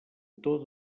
autor